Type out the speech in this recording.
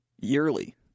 yearly